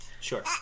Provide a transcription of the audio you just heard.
Sure